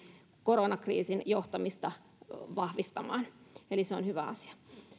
koronakriisin johtamista vahvistamaan eli se on hyvä asia